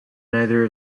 neither